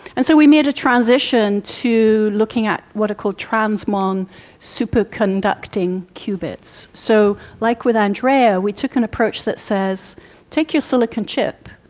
and so we made a transition to looking at what are called transmon superconducting cubits. so like with andrea we took an approach that says take your silicon chip,